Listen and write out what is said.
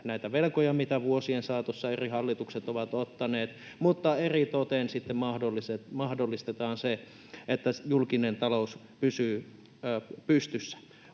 näitä velkoja, mitä vuosien saatossa eri hallitukset ovat ottaneet, mutta eritoten sitten mahdollistetaan se, että julkinen talous pysyy pystyssä.